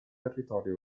territorio